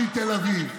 סיפור לא מתל אביב.